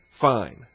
fine